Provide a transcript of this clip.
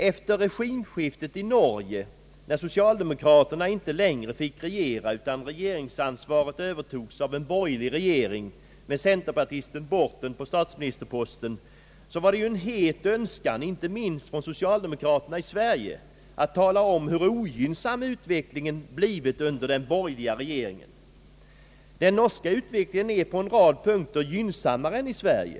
Efter regimskiftet där — som innebar att socialdemokraterna inte längre fick regera utan att regeringsansvaret Övertogs av en borgerlig regering med centerpartisten Borten på statsministerposten — var det en het önskan inte minst bland socialdemokraterna i Sverige att tala om hur ogynnsam utvecklingen blivit under den nya norska regeringen. På en rad punkter är dock utvecklingen gynnsammare i Norge än i Sverige.